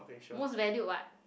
most valued [what]